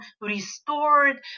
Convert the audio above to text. restored